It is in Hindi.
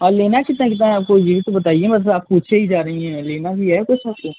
और लेना कितना कितना है आपको ये भी तो बताइए बस आप पूछे ही जा रही हैं लेना भी है कुछ आपको